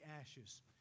ashes